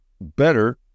better